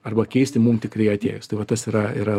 arba keisti mum tikrai atėjus tai va tas yra yra